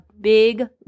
big